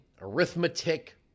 arithmetic